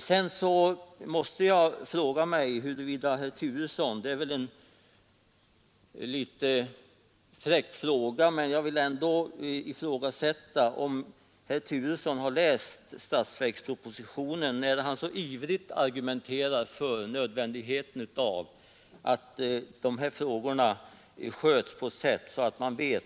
Sedan måste jag emellertid fråga — det är kanske en väl fräck fråga, men jag vill ändå ställa den — om herr Turesson har läst statsverkspropositionen, när han så ivrigt argumenterar för nödvändigheten av att dessa frågor sköts så att man vet